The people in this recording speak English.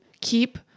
keep